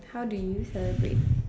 how do you celebrate